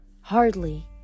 Hardly